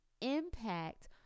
impact